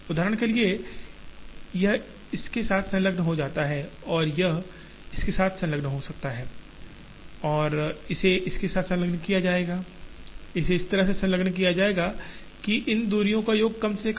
उदाहरण के लिए यह इसके साथ संलग्न हो सकता है और यह इसके साथ संलग्न हो सकता है इसे इसके साथ संलग्न किया जाएगा इसे इस तरह संलग्न किया जाएगा कि इन दूरियों का योग कम से कम हो